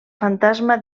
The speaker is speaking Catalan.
fantasma